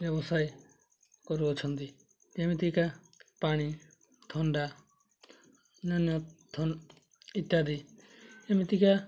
ବ୍ୟବସାୟ କରୁଅଛନ୍ତି ଯେମିତିକା ପାଣି ଥଣ୍ଡା ଅନ୍ୟାନ୍ୟ ଇତ୍ୟାଦି ଏମିତିକା